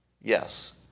Yes